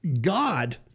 God